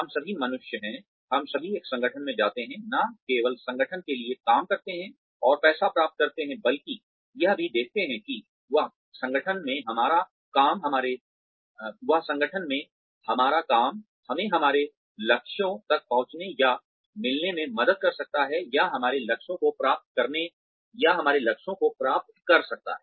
हम सभी मनुष्य हैं हम सभी एक संगठन में जाते हैं न केवल संगठन के लिए काम करते हैं और पैसा प्राप्त करते हैं बल्कि यह भी देखते हैं कि वह संगठन में हमारा काम हमें हमारे लक्ष्यों तक पहुँचने या मिलने में मदद कर सकता है या हमारे लक्ष्य को प्राप्त कर सकता है